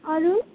अरू